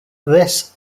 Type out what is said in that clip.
this